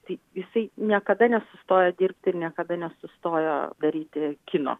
tai jisai niekada nesustoja dirbti ir niekada nesustojo daryti kino